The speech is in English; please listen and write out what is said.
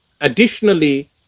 additionally